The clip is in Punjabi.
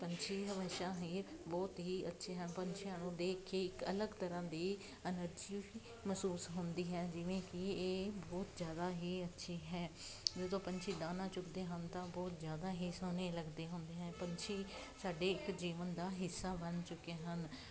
ਪੰਛੀ ਹਮੇਸ਼ਾ ਹੀ ਬਹੁਤ ਹੀ ਅੱਛੇ ਹਨ ਪੰਛੀਆਂ ਨੂੰ ਦੇਖ ਕੇ ਇੱਕ ਅਲੱਗ ਤਰ੍ਹਾਂ ਦੀ ਐਨਰਜੀ ਮਹਿਸੂਸ ਹੁੰਦੀ ਹੈ ਜਿਵੇਂ ਕਿ ਇਹ ਬਹੁਤ ਜ਼ਿਆਦਾ ਹੀ ਅੱਛੇ ਹੈ ਜਦੋਂ ਪੰਛੀ ਦਾਣਾ ਚੁਗਦੇ ਹਨ ਤਾਂ ਬਹੁਤ ਜ਼ਿਆਦਾ ਹੀ ਸੋਹਣੇ ਲੱਗਦੇ ਹੁੰਦੇ ਹੈ ਪੰਛੀ ਸਾਡੇ ਇੱਕ ਜੀਵਨ ਦਾ ਹਿੱਸਾ ਬਣ ਚੁੱਕੇ ਹਨ